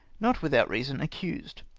not without reason, accused.